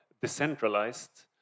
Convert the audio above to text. decentralized